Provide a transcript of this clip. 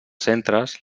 centres